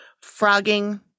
Frogging